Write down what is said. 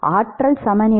ஆற்றல் சமநிலை என்ன